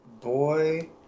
Boy